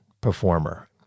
performer